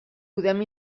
podem